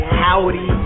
howdy